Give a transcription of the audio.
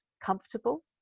comfortable